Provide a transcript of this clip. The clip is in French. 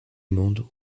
monde